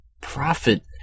profit